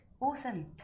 awesome